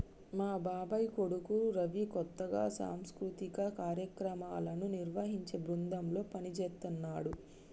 మా బాబాయ్ కొడుకు రవి కొత్తగా సాంస్కృతిక కార్యక్రమాలను నిర్వహించే బృందంలో పనిజేత్తన్నాడు